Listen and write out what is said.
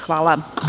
Hvala.